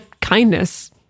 kindness